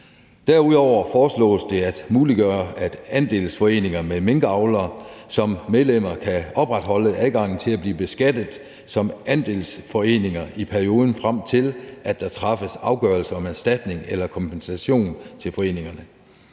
Derudover foreslås det at muliggøre, at andelsforeninger med minkavlere som medlemmer kan opretholde adgangen til at blive beskattet som andelsforeninger i perioden frem til, at der træffes afgørelse om erstatning eller kompensation til foreningerne.